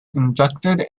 inducted